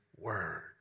word